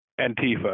Antifa